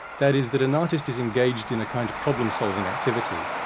that is, that an artist is engaged in a kind of problem-solving activity,